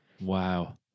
Wow